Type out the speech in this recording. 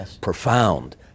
profound